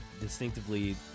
distinctively